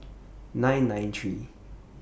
nine nine three